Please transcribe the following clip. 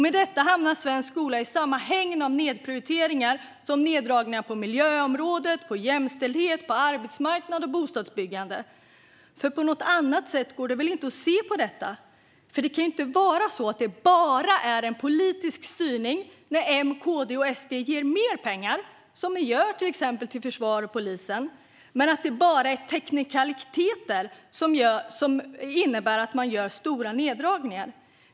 Med detta hamnar svensk skola i samma hägn av nedprioriteringar som neddragningarna på miljöområdet, på jämställdhet, på arbetsmarknad och på bostadsbyggande. På något annat sätt går det inte att se på detta. Det kan ju inte vara så att det bara är politisk styrning när M, KD och SD ger mer pengar, som ni gör till exempel till försvar och polisen. Men det innebär bara teknikaliteter när man gör stora neddragningar.